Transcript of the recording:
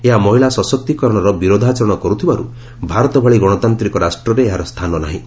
ଏହା ମହିଳା ସଶକ୍ତିକରଣର ବିରୋଧାଚରଣ କରୁଥିବାରୁ ଭାରତ ଭଳି ଗଣତାନ୍ତ୍ରିକ ରାଷ୍ଟ୍ରରେ ଏହାର ସ୍ଥାନ ନାହିଁ